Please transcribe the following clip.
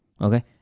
Okay